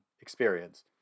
experience